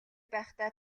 байхдаа